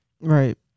right